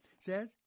Says